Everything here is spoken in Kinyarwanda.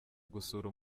gusura